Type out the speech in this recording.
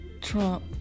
Trump